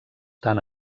tant